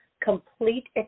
complete